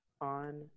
on